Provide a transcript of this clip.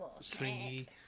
stringy